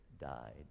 died